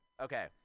Okay